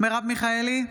מרב מיכאלי,